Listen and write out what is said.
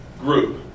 group